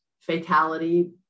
fatality